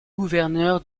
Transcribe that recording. gouverneur